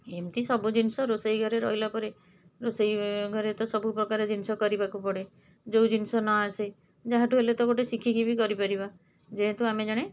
ଏମିତି ସବୁ ଜିନିଷ ରୋଷେଇ ଘରେ ରହିଲାପରେ ରୋଷେଇ ଘରେ ତ ସବୁପ୍ରକାର ଜିନିଷ କରିବାକୁ ପଡ଼େ ଯେଉଁ ଜିନିଷ ନ ଆସେ ଯାହାଠୁ ହେଲେ ତ ଗୋଟେ ଶିଖିକି ବି କରିପାରିବା ଯେହେତୁ ଆମେ ଜଣେ